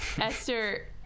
Esther